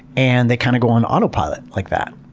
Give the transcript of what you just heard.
and they kind of go on autopilot like that.